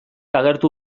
agertu